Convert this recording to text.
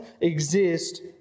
exist